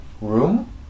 room